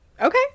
Okay